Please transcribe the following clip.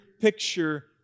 picture